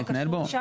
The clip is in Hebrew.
בנושא.